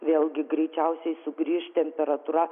vėlgi greičiausiai sugrįš temperatūra